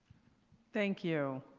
thank you.